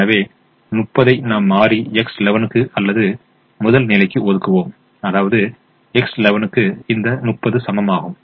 எனவே 30 ஐ நாம் மாறி X11 க்கு அல்லது முதல் நிலைக்கு ஒதுக்குவோம் அதாவது X11 க்கு இந்த 30 சமமாகும்